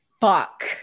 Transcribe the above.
Fuck